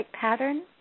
pattern